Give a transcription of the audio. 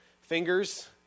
fingers